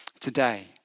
today